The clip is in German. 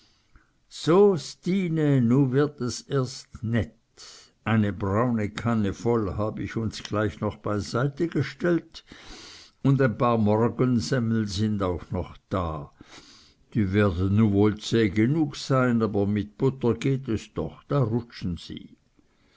so stine nu wird es erst nett eine braune kanne voll hab ich uns gleich noch beiseite gestellt und ein paar morgensemmeln sind auch noch da die werden nu woll zäh genug sein aber mit butter geht es doch da rutschen sie